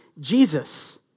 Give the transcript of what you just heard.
Jesus